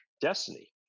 destiny